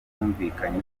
bumvikanye